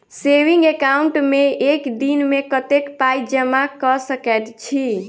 Saving account मे एक दिनमे कतेक पाई जमा कऽ सकैत छी?